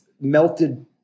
melted